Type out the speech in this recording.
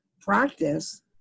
practice